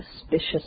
suspicious